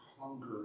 hunger